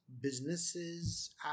businesses